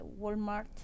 Walmart